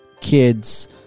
kids